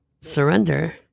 Surrender